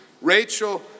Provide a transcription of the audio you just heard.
Rachel